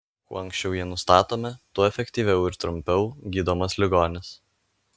kuo anksčiau jie nustatomi tuo efektyviau ir trumpiau gydomas ligonis